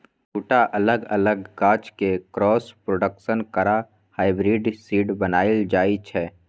दु टा अलग अलग गाछ केँ क्रॉस प्रोडक्शन करा हाइब्रिड सीड बनाएल जाइ छै